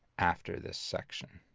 after this section,